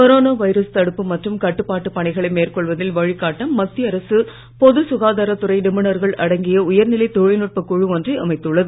corona virus தடுப்பு மற்றும் கட்டுப்பாட்டுப் பணிகளை மேற்கொள்வதில் வழிகாட்ட மத்திய அரசு பொது சுகாதாரத் துறை நிபுணர்கள் அடங்கிய உயர்நிலை தொழில்நுட்ப குழு ஒன்றை அமைத்துள்ளது